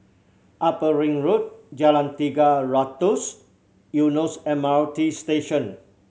Upper Ring Road Jalan Tiga Ratus Eunos M R T Station